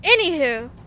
Anywho